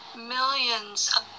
millions